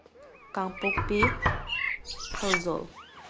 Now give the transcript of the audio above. Kangpokpi Pherzawl